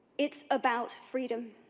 it's about freedom.